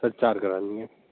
sir चार करानी है